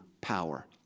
power